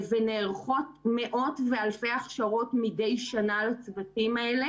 נערכות מאות ואלפי הכשרות מדי שנה לצוותים האלה